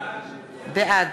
בעד